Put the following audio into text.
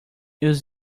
use